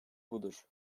budur